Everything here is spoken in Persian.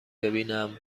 ببینم